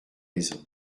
raisons